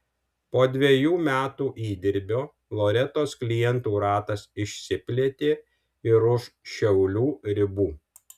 po dvejų metų įdirbio loretos klientų ratas išsiplėtė ir už šiaulių ribų